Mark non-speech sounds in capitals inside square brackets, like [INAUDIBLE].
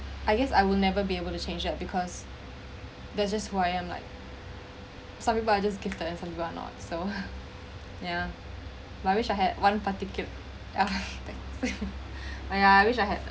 I guess I will never be able to change that because that's just who I am like some people are just gifted and some people are not so [LAUGHS] ya my wish I had one particu~ [LAUGHS] ah ya I wish I had